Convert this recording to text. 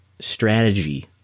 strategy